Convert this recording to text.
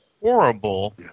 horrible